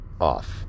off